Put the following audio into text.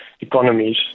economies